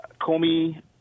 comey